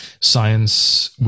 science